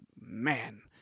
man